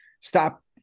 stop